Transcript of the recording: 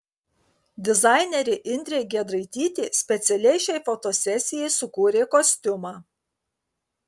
dizainerė indrė giedraitytė specialiai šiai fotosesijai sukūrė kostiumą